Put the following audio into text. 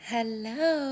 Hello